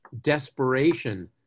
desperation